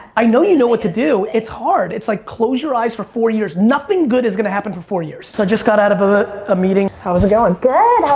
i know you know what to do. it's hard. it's like close your eyes for four years. nothing good is gonna happen for four years. so i just got out of a ah meeting. how is it going? good.